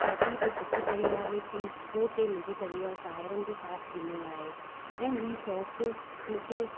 शादी बि सुठे परिवार में थी जंहिं ते मुंहिंजे परिवारु साउरनि बि साथ ॾिञो आहे ऐं हीउ शौक़ु मूंखे